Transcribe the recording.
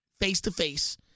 face-to-face